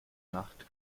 nacht